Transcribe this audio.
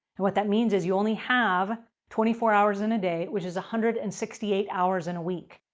and what that means is, you only have twenty four hours in a day, which is one hundred and sixty eight hours in a week.